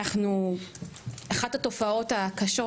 אחת התופעות הקשות